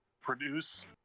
produce